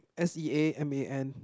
S_E_A_M_A_N